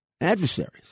adversaries